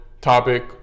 topic